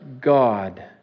God